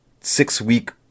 six-week